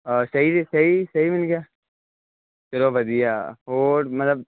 ਸਹੀ ਜੀ ਸਹੀ ਸਹੀ ਮਿਲ ਗਿਆ ਚਲੋ ਵਧੀਆ ਹੋਰ ਮਤਲਬ